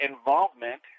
involvement